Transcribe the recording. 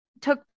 took